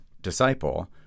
disciple